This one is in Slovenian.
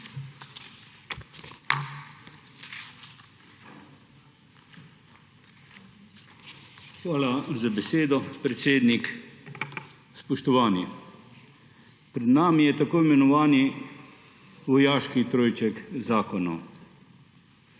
Hvala za besedo, predsednik. Spoštovani! Pred nami je tako imenovani vojaški trojček zakonov,